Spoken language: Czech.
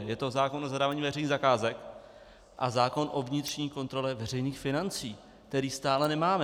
Je to zákon o zadávání veřejných zakázek a zákon o vnitřní kontrole veřejných financí, který stále nemáme.